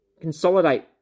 Consolidate